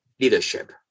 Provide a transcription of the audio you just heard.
leadership